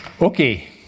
okay